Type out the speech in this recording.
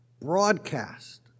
broadcast